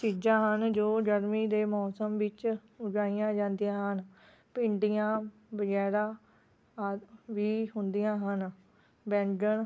ਚੀਜ਼ਾਂ ਹਨ ਜੋ ਗਰਮੀ ਦੇ ਮੌਸਮ ਵਿੱਚ ਉਗਾਈਆਂ ਜਾਂਦੀਆਂ ਹਨ ਭਿੰਡੀਆਂ ਵਗੈਰਾ ਆਦਿ ਵੀ ਹੁੰਦੀਆਂ ਹਨ ਬੈਂਗਣ